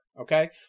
okay